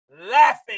laughing